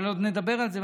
אבל עוד נדבר על זה.